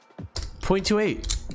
0.28